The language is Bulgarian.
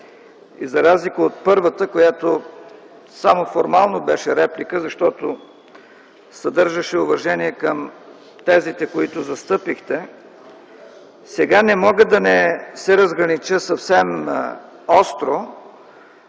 За разлика от първата, която само формално беше реплика, защото съдържаше уважение към тезите, които застъпихте, сега не мога да не се разгранича съвсем остро